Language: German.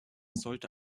sollte